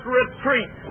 retreat